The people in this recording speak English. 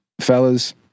Fellas